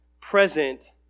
present